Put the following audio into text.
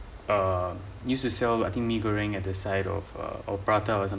uh used to sell I think mee-goreng at the side of a or prata something